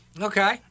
Okay